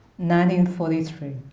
1943